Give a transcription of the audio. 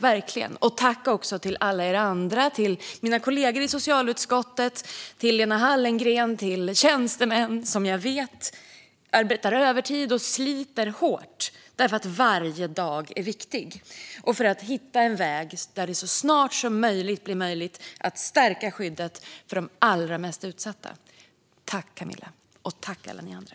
Jag vill även tacka alla er andra - mina kollegor i socialutskottet, Lena Hallengren och tjänstemän som jag vet arbetar övertid och sliter hårt därför att varje dag är viktig för att hitta en väg så att det så snart som möjligt blir möjligt att stärka skyddet för de allra mest utsatta. Tack Camilla och tack alla ni andra!